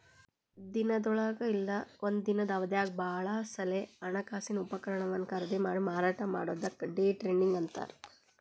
ದಿನದೊಳಗ ಇಲ್ಲಾ ಒಂದ ದಿನದ್ ಅವಧ್ಯಾಗ್ ಭಾಳ ಸಲೆ ಹಣಕಾಸಿನ ಉಪಕರಣವನ್ನ ಖರೇದಿಮಾಡಿ ಮಾರಾಟ ಮಾಡೊದಕ್ಕ ಡೆ ಟ್ರೇಡಿಂಗ್ ಅಂತಾರ್